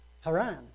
Haran